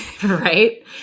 Right